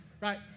right